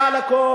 אדוני, מעל לכול,